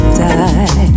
die